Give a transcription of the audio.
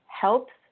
helps